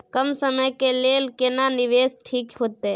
कम समय के लेल केना निवेश ठीक होते?